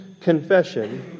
confession